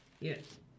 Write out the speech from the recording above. Yes